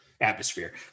atmosphere